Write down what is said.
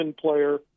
player